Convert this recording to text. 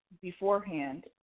beforehand